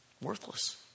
Worthless